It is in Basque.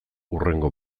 hurrengo